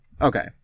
Okay